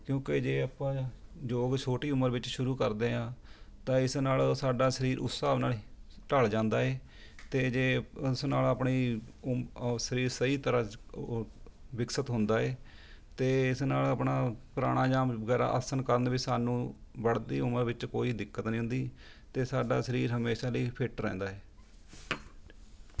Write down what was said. ਕਿਉਂਕਿ ਜੇ ਆਪਾਂ ਯੋਗ ਛੋਟੀ ਉਮਰ ਵਿੱਚ ਸ਼ੁਰੂ ਕਰਦੇ ਹਾਂ ਤਾਂ ਇਸ ਨਾਲ ਸਾਡਾ ਸਰੀਰ ਉਸ ਹਿਸਾਬ ਨਾਲ ਢਲ ਜਾਂਦਾ ਹੈ ਅਤੇ ਜੇ ਇਸ ਨਾਲ ਆਪਣੀ ਉਮ ਸਰੀਰ ਸਹੀ ਤਰ੍ਹਾਂ ਵਿਕਸਿਤ ਹੁੰਦਾ ਹੈ ਅਤੇ ਇਸ ਨਾਲ ਆਪਣਾ ਪੁਰਾਣਾ ਜਾਂ ਵਗੈਰਾ ਆਸਨ ਕਰਨ ਵਿੱਚ ਸਾਨੂੰ ਬੜਤੀ ਉਮਰ ਵਿੱਚ ਕੋਈ ਦਿੱਕਤ ਨਹੀਂ ਹੁੰਦੀ ਅਤੇ ਸਾਡਾ ਸਰੀਰ ਹਮੇਸ਼ਾ ਲਈ ਫਿਟ ਰਹਿੰਦਾ ਹੈ